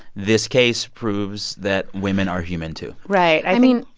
this case proves that women are human, too right. i mean.